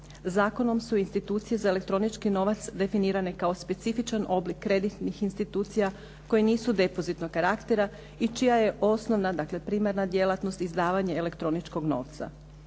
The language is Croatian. Zakonom su institucije za elektronički novac definirane kao specifičan oblik kreditnih institucija koje nisu depozitnog karaktera i čija je osnovna, dakle primarna djelatnost izdavanje elektroničkog novca.